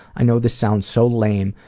i know this sounds so lame,